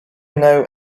know